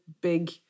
big